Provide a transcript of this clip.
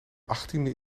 achttiende